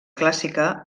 clàssica